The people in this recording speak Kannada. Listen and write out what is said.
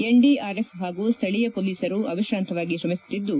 ಎನ್ಡಿಆರ್ಎಫ್ ಹಾಗೂ ಸ್ಥಳೀಯ ಪೊಲೀಸರು ಅವಿಶ್ರಾಂತವಾಗಿ ಶ್ರಮಿಸುತ್ತಿದ್ದು